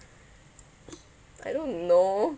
I don't know